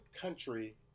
country